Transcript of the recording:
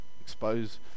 expose